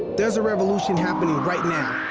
there's a revolution happening right now,